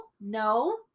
no